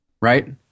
right